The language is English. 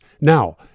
Now